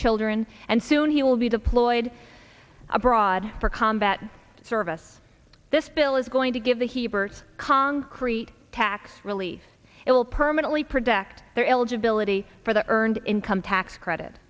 children and soon he will be deployed abroad for combat service this bill is going to give the heber's concrete tax relief it will permanently protect their eligibility for the earned income tax credit